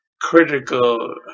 critical